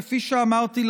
כפי שאמרתי,